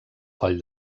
coll